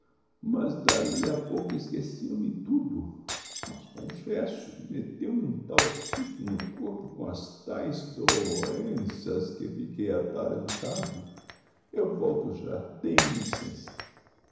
mas d'ali a pouco esqueceu me tudo mas confesso metteu me um tal susto no corpo com as taes do enças que fiquei atarantado eu volto já dêem me licença